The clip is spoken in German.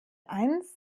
eins